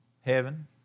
heaven